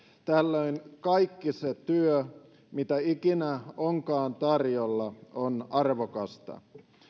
tällöin kaikki se työ mitä ikinä onkaan tarjolla on arvokasta